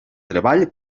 treball